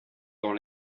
dans